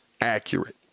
accurate